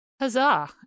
Huzzah